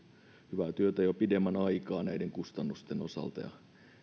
hyvää työtä jo pidemmän aikaa näiden kustannusten osalta ja